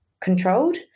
controlled